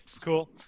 Cool